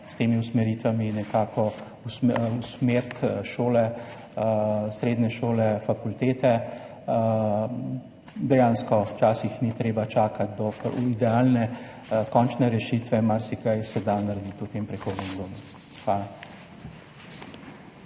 s temi usmeritvami usmeriti šole, srednje šole, fakultete. Dejansko včasih ni treba čakati do idealne končne rešitve, marsikaj se da narediti v tem prehodnem obdobju. Hvala.